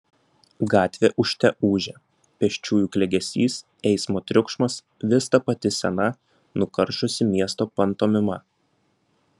gatvė ūžte ūžė pėsčiųjų klegesys eismo triukšmas vis ta pati sena nukaršusi miesto pantomima